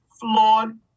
flawed